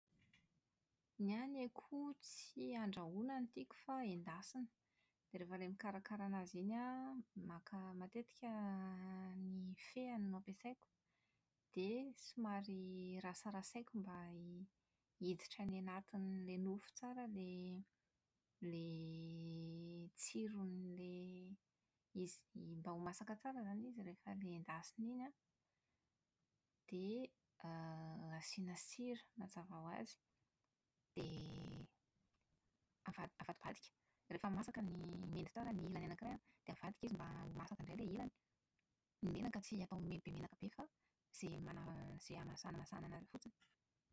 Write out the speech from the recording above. Ny ahy ny akoho tsy andrahoina no tiako fa endasina, dia rehefa ilay mikarakara an'azy iny an, maka matetika > ny feny no ampiasaiko, dia somary rasarasaiko mba hiditra any anatin'ilay nofo tsara ilay ilay tsiron'ilay izy. Mba ho masaka tsara izany ilay izy rehefa ilay endasina iny an, dia > asiana sira mazava ho azy. Dia avadi- avadibadika. Rehefa masaka ny mendy tsara ny ilany anankiray an, dia avadika izy mba ho masaka indray ny ilany. Ny menaka tsy atao be menaka be fa izay mana- izay hanamasahana azy eo fotsiny.